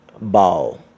ball